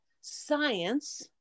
science